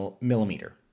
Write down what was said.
millimeter